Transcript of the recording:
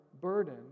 burden